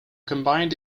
combined